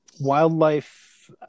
wildlife